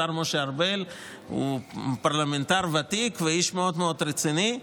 השר משה ארבל הוא פרלמנטר ותיק ואיש מאוד מאוד רציני,